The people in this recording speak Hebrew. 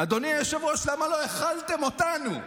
אדוני היושב-ראש, למה לא הכלתם אותנו?